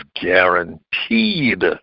guaranteed